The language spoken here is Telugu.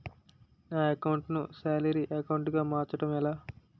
నా అకౌంట్ ను సాలరీ అకౌంట్ గా మార్చటం ఎలా?